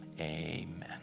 amen